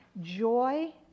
joy